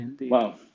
Wow